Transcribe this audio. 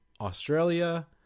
Australia